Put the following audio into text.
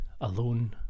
Alone